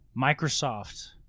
Microsoft